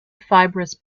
fibrous